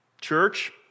Church